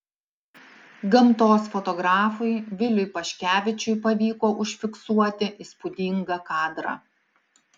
gamtos fotografui viliui paškevičiui pavyko užfiksuoti įspūdingą kadrą